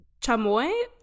Chamoy